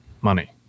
money